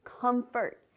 comfort